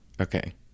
Okay